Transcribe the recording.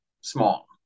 small